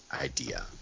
idea